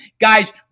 guys